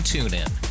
TuneIn